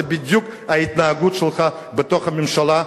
זאת בדיוק ההתנהגות שלך בתוך הממשלה.